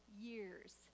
years